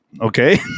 Okay